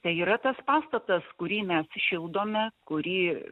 tai yra tas pastatas kurį mes šildome kurį